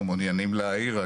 לא, מעוניינים להעיר.